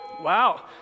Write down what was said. wow